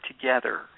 together